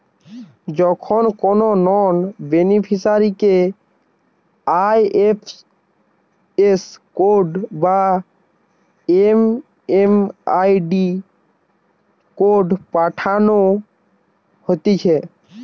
যখন কোনো নন বেনিফিসারিকে আই.এফ.এস কোড বা এম.এম.আই.ডি কোড পাঠানো হতিছে